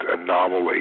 anomaly